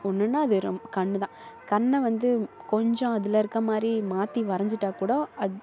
ஒன்றுன்னா நம்ம கண்தான் கண்ணை வந்து கொஞ்சம் அதில் இருக்க மாதிரி மாற்றி வரைஞ்சிட்டா கூட அது